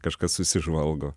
kažkas susižvalgo